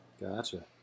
Gotcha